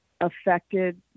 affected